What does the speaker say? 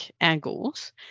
angles